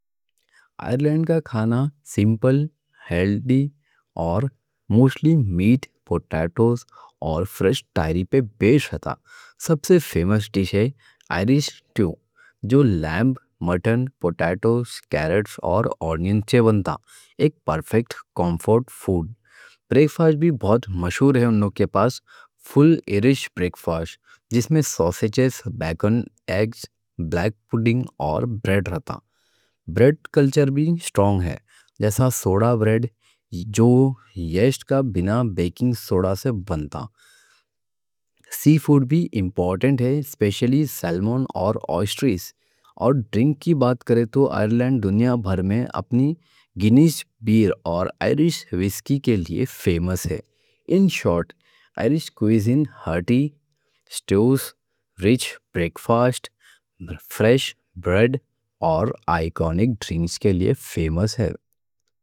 آئرلینڈ کا کھانا سمپل، ہیلدی اور موسٹلی میٹ، پوٹیٹوز اور فریش ڈیری پہ بیسڈ رہتا۔ سب سے فیمس ڈِش آئریش اسٹو ہے، جو لیمب، مٹن، پوٹیٹوز، کیرٹس اور آنینز سے بنتا۔ ایک پرفیکٹ کمفرٹ فوڈ۔ بریکفاسٹ بھی بہت مشہور ہے، انہوں کے پاس فل آئریش بریکفاسٹ جس میں ساسیجز، بیکن، ایگز، بلیک پڈنگ اور بریڈ رہتا۔ بریڈ کلچر بھی اسٹرونگ ہے، جیسا سوڈا بریڈ جو ییسٹ کے بغیر بیکنگ سوڈا سے بنتا۔ سی فوڈ بھی امپورٹنٹ ہے، اسپیشلی سالمون اور اوئسٹرز۔ اور ڈرنک کی بات کریں تو آئرلینڈ دنیا بھر میں اپنی گینیس بیئر اور آئریش وسکی کے لیے فیمس ہے۔ ان شورٹ آئریش کوزین ہارٹی، سٹیوز، ریچ بریکفاسٹ اور فریش بریڈ کے لیے فیمس ہے۔